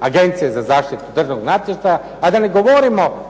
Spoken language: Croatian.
Agencije za zaštitu državnog ... a da ne govorimo